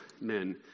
men